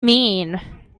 mean